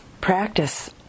practice